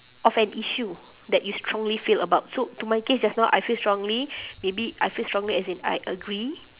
of an issue that you strongly feel about so to my case just now I feel strongly maybe I feel strongly as in I agree